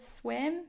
swim